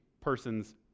person's